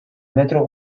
metro